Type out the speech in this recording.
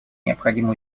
необходимо